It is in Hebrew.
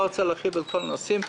לא רוצה להרחיב על כל הנושאים,